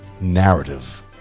narrative